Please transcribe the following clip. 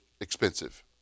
expensive